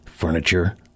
Furniture